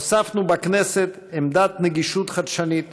הוספנו בכנסת עמדת נגישות חדשנית,